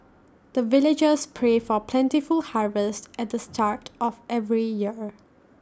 the villagers pray for plentiful harvest at the start of every year